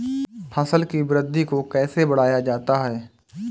फसल की वृद्धि को कैसे बढ़ाया जाता हैं?